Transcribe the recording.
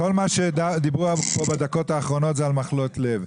כל מה שדיברו כאן בדקות האחרונות היה על מחלות לב.